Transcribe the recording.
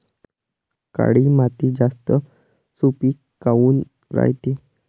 काळी माती जास्त सुपीक काऊन रायते?